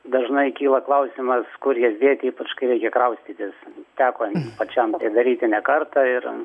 dažnai kyla klausimas kur jas dėti ypač kai reikia kraustytis teko pačiam daryti ne kartą ir